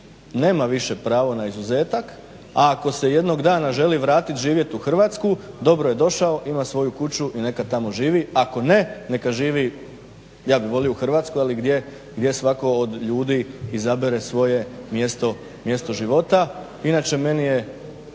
nema više pravo na izuzetak, a ako se jednog dana želi vratiti i živjeti u Hrvatsku dobro je došao, ima svoju kuću neka tamo živi. A ako ne neka živi ja bih volio u Hrvatsku ali gdje svatko od ljudi izabere svoje mjesto života. Inače meni je